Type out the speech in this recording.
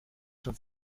schon